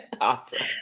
Awesome